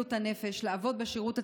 בריאות הנפש לעבוד בשירות הציבורי,